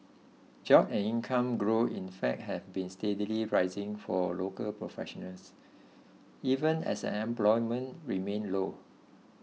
job and income growth in fact have been steadily rising for local professionals even as unemployment remained low